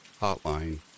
hotline